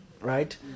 right